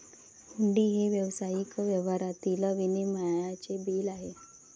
हुंडी हे व्यावसायिक व्यवहारातील विनिमयाचे बिल आहे